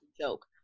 joke